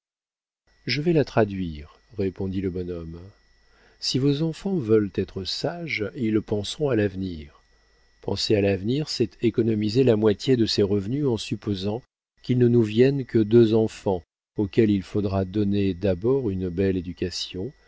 je vais la traduire répondit le bonhomme si vos enfants veulent être sages ils penseront à l'avenir penser à l'avenir c'est économiser la moitié de ses revenus en supposant qu'il ne nous vienne que deux enfants auxquels il faudra donner d'abord une belle éducation